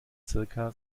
zirka